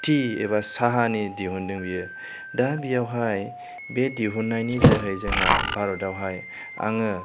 T एबा साहानि दिहुनदों बियो दा बियावहाय बे दिहुननायनि जोहै जोंहा भारतआवहाय आङो